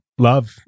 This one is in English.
love